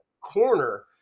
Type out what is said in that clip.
corner